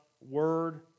word